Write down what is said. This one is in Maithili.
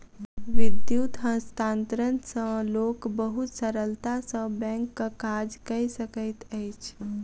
विद्युत हस्तांतरण सॅ लोक बहुत सरलता सॅ बैंकक काज कय सकैत अछि